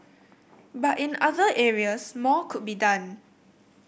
but in other areas more could be done